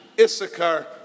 Issachar